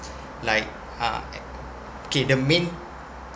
like uh okay the main